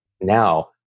now